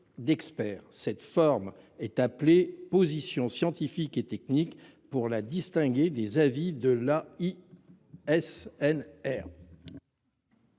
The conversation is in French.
Cette forme est appelée « position scientifique et technique » pour la distinguer des avis de l’AISNR.